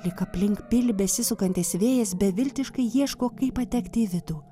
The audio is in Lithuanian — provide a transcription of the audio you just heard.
lyg aplink pilį besisukantis vėjas beviltiškai ieško kaip patekti į vidų